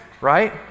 right